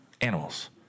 Animals